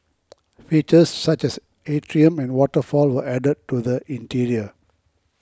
features such as atrium and waterfall were added to the interior